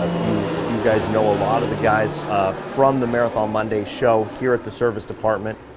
ah you you guys know a lot of the guys, ah, from the marathon monday show, here at the service department.